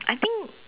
I think